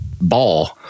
ball